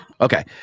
Okay